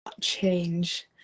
change